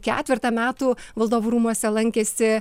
ketvertą metų valdovų rūmuose lankėsi